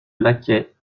laquais